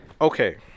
okay